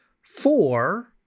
four